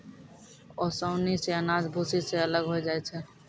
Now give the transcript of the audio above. ओसौनी सें अनाज भूसी सें अलग होय जाय छै